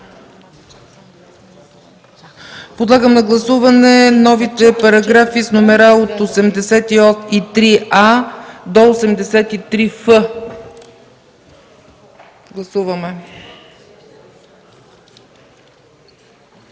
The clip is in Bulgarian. Подлагам на гласуване новите параграфи с номера от 83а до 83ф. Гласували